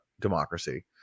democracy